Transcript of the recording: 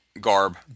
Garb